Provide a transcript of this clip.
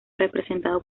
representado